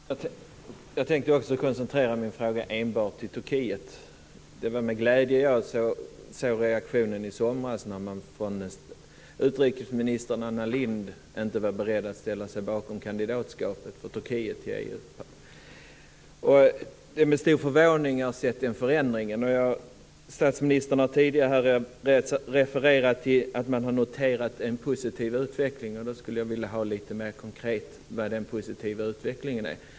Fru talman! Jag tänkte också koncentrera mig på enbart Turkiet. Det var med glädje jag såg reaktionen i somras då utrikesminister Anna Lindh inte var beredd att ställa sig bakom kandidatskapet för Turkiet. Det är med stor förvåning jag sett en förändring nu. Statsministern har tidigare refererat till att man noterat en positiv utveckling. Då skulle jag vilja veta lite mer konkret vad den positiva utvecklingen är.